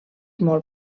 molt